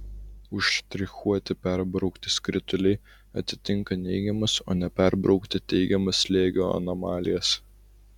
užštrichuoti perbraukti skrituliai atitinka neigiamas o neperbraukti teigiamas slėgio anomalijas